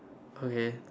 okay